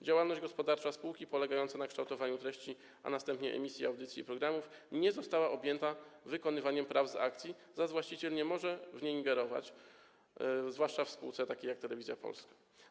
Działalność gospodarcza spółki polegająca na kształtowaniu treści, a następnie emisji audycji i programów nie została objęta wykonywaniem praw z akcji, zaś właściciel nie może w nie ingerować, zwłaszcza w spółce takiej jak Telewizja Polska.